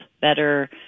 better